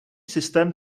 systém